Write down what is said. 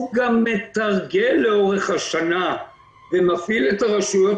הוא גם מתרגל לאורך השנה ומפעיל את הרשויות